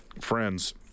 friends